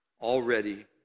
already